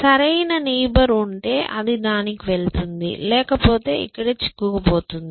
సరైన నైబర్ ఉంటే అది దానికి వెళుతుంది లేకపోతే చిక్కుకుపోతుంది